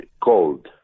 cold